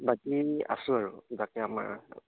বাকী আছোঁ আৰু কিবাকে আমাৰ